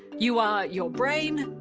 you are your brain,